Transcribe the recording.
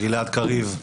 גלעד קריב,